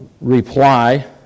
reply